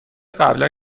قبلا